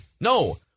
no